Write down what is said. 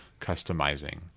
customizing